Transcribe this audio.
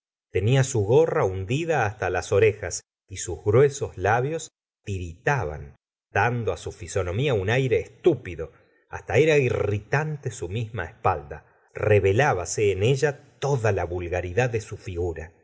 tenía su gorra hundida hasta las orejas y sus gruesos labios tiritaban dando su fisonomía un aire estúpido hasta era irritante su misma espalda revelbase en ella toda la vulgaridad de su figura